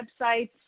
websites